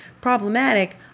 problematic